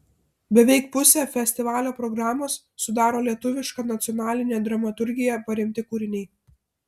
beveik pusę festivalio programos sudaro lietuviška nacionaline dramaturgija paremti kūriniai